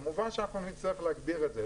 כמובן שאנחנו נצטרך להגביר את זה.